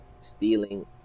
stealing